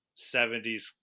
70s